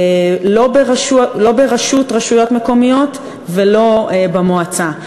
לא ברשויות מקומיות ולא במועצה.